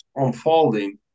unfolding